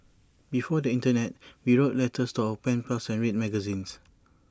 before the Internet we wrote letters to our pen pals and read magazines